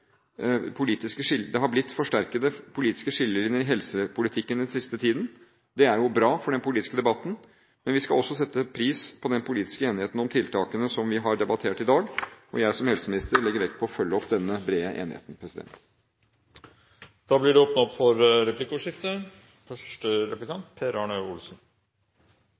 politiske skillelinjer i helsepolitikken den siste tiden. Det er bra for den politiske debatten, men vi skal også sette pris på den politiske enigheten om tiltakene som vi har debattert i dag. Jeg, som helseminister, legger vekt på å følge opp denne brede enigheten. Det blir replikkordskifte.